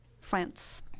France